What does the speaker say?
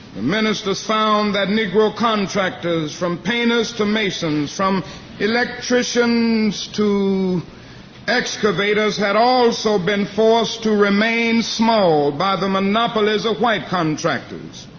the ministers found that negro contractors, from painters to masons, from electricians to excavators, had also been forced to remain small by the monopolies of white contractors.